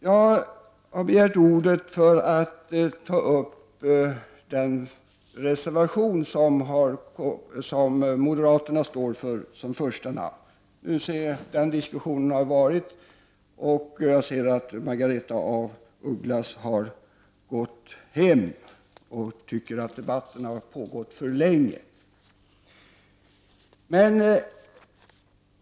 Jag har begärt ordet för att ta upp den moderata reservationen. Nu visar det sig att diskussionen redan har varit. Jag ser att Margaretha af Ugglas har gått hem; hon tycker tydligen att debatten har pågått för länge.